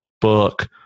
book